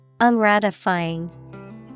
Unratifying